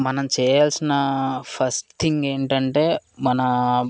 మనం చేయాల్సిన first thing ఏంటంటే మన